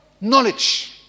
knowledge